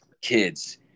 kids